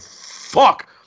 fuck